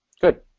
Good